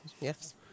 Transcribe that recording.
yes